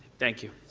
thank you.